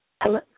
Hello